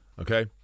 okay